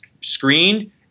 screened